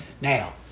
Now